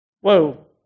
whoa